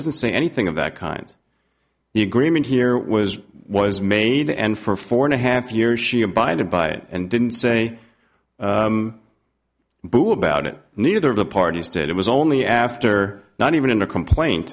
doesn't say anything of that kind the agreement here was was made to end for four and a half years she abided by it and didn't say boo about it neither of the parties did it was only after not even a complaint